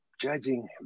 judging